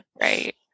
Right